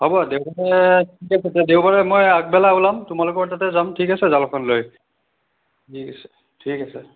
হ'ব দেওবাৰে ঠিক আছে দেওবাৰে মই আগবেলা ওলাম তোমালোকৰ তাতে যাম ঠিক আছে জালখন লৈ ঠিক আছে ঠিক আছে